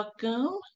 Welcome